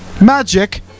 Magic